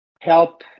help